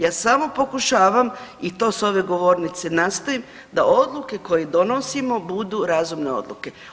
Ja samo pokušavam i to s ove govornice nastojim da odluke koje donosimo budu razumne odluke.